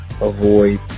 avoid